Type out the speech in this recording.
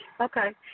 Okay